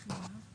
שנייה.